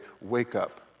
wake-up